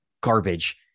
garbage